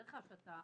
בדרך כלל כשאתה